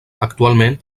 actualment